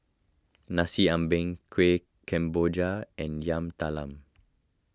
Nasi Ambeng Kueh Kemboja and Yam Talam